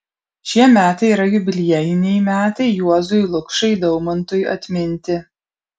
šie metai yra jubiliejiniai metai juozui lukšai daumantui atminti